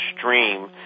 stream